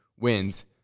wins